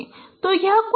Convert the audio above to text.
तो यह कुछ इस तरह होगा